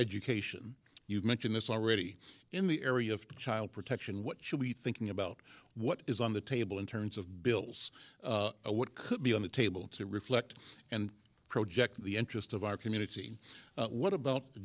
education you've mentioned this already in the area of child protection what should be thinking about what is on the table in terms of bills what could be on the table to reflect and project the interest of our community what about